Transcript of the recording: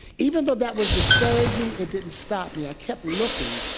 even though that was discouraging, it didn't stop me. i kept looking,